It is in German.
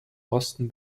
osten